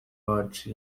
bacu